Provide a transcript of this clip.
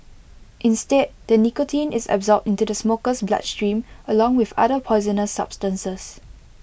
instead the nicotine is absorbed into the smoker's bloodstream along with other poisonous substances